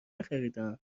نخریدهام